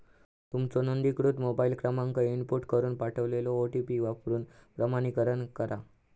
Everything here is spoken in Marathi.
तुमचो नोंदणीकृत मोबाईल क्रमांक इनपुट करून पाठवलेलो ओ.टी.पी वापरून प्रमाणीकरण करा